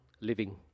living